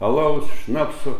alaus šnapso